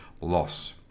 loss